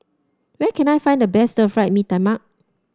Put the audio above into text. where can I find the best Stir Fried Mee Tai Mak